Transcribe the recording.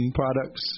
products